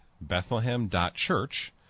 bethlehem.church